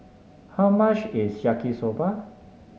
how much is Yaki Soba